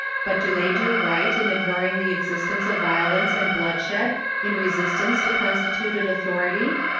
but do they do right in ignoring the existence of violence and bloodshed in resistance to constituted authority?